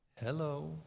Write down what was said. Hello